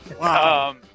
Wow